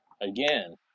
Again